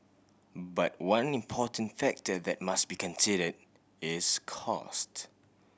but one important factor that they must be consider is cost